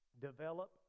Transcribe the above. develop